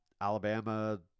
Alabama